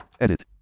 edit